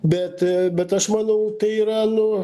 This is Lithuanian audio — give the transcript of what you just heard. bet bet aš manau tai yra nu